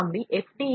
இந்த கம்பி எஃப்